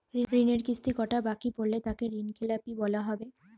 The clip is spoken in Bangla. ঋণের কিস্তি কটা বাকি পড়লে তাকে ঋণখেলাপি বলা হবে?